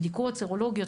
בדיקות סרולוגיות,